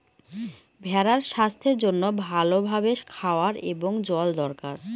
ভেড়ার স্বাস্থ্যের জন্য ভালো ভাবে খাওয়ার এবং জল দরকার